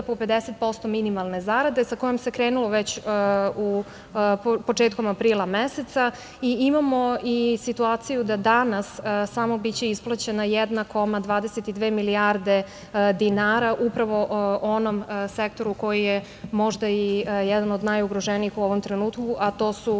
po 50% minimalne zarade, sa kojom se krenulo već početkom aprila meseca. Imamo i situaciju da će danas biti isplaćena jedna 1,22 milijarde dinara, upravo onom sektoru koji je možda jedan od najugroženijih u ovom trenutku, a to su